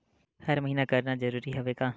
हर महीना करना जरूरी हवय का?